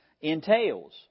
entails